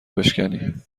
بشکنی